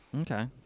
Okay